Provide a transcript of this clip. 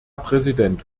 präsident